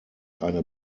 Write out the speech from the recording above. eine